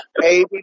baby